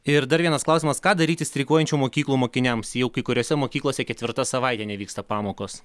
ir dar vienas klausimas ką daryti streikuojančių mokyklų mokiniams jau kai kuriose mokyklose ketvirta savaitė nevyksta pamokos